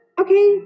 Okay